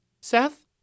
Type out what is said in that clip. Seth